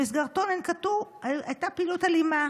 שבמסגרתו הייתה פעילות אלימה